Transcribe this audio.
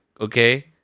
okay